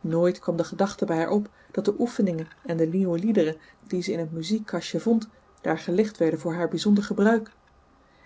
nooit kwam de gedachte bij haar op dat de oefeningen en de nieuwe liederen die ze in het muziekkastje vond daar gelegd werden voor haar bijzonder gebruik